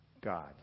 God